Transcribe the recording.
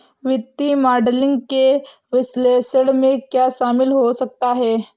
वित्तीय मॉडलिंग के विश्लेषण में क्या शामिल हो सकता है?